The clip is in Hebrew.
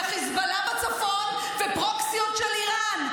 חיזבאללה בצפון ופרוקסיות של איראן.